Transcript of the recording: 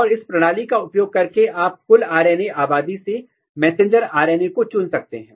और इस प्रणाली का उपयोग करके आप कुल आर एन ए आबादी से मैसेंजर आर एन ए को चुन सकते हैं